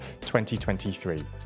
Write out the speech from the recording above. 2023